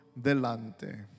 delante